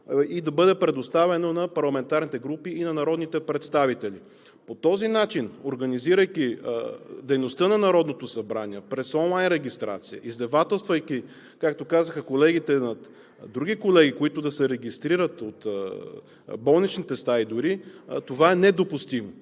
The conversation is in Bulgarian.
и да бъде предоставено на парламентарните групи и на народните представители. По този начин, организирайки дейността на Народното събрание през онлайн регистрация, издевателствайки, както казаха колегите, над други колеги, които да се регистрират от болничните стаи дори, е недопустимо